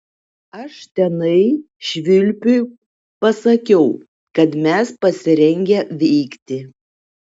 aš tenai švilpiui pasakiau kad mes pasirengę veikti